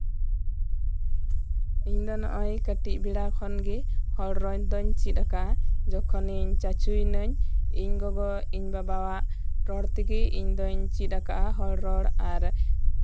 ᱤᱧ ᱫᱚ ᱱᱚᱜᱼᱚᱭ ᱠᱟᱹᱴᱤᱡ ᱵᱮᱲᱟ ᱠᱷᱚᱱ ᱜᱮ ᱦᱚᱲ ᱨᱚᱲ ᱫᱚᱧ ᱪᱮᱫ ᱠᱟᱜᱼᱟ ᱡᱚᱠᱷᱚᱱᱤᱧ ᱪᱟᱪᱚᱭᱤᱱᱟᱹᱧ ᱤᱧ ᱜᱚᱜᱚ ᱤᱧ ᱵᱟᱵᱟ ᱨᱚᱲ ᱛᱮᱜᱮ ᱤᱧ ᱫᱚᱧ ᱪᱮᱫ ᱟᱠᱟᱜᱼᱟ ᱦᱚᱲ ᱨᱚᱲ ᱟᱨ